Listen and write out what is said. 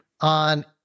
on